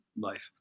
life